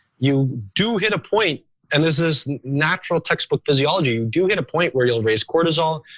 you do hit a point and this is natural, textbook physiology. you do get a point where you'll raise cortisol.